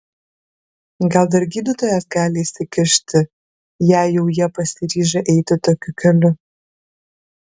gal dar gydytojas gali įsikišti jei jau jie pasiryžę eiti tokiu keliu